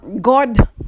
God